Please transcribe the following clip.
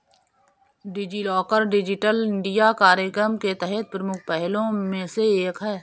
DigiLocker digital India कार्यक्रम के तहत प्रमुख पहलों में से एक है